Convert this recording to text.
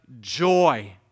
Joy